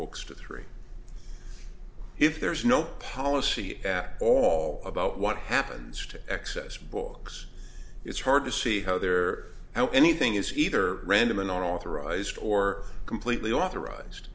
books to three if there is no policy at all about what happens to excess will it's hard to see how they're now anything is either random an authorised or completely authorised